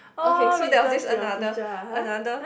okay so there was this another another